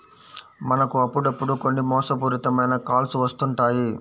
మనకు అప్పుడప్పుడు కొన్ని మోసపూరిత మైన కాల్స్ వస్తుంటాయి